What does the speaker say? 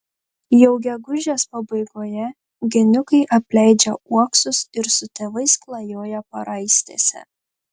jau gegužės pabaigoje geniukai apleidžia uoksus ir su tėvais klajoja paraistėse